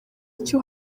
icyo